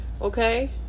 Okay